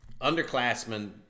underclassmen